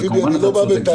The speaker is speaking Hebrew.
וכמובן אתה צודק,